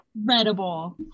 incredible